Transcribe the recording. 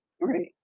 Right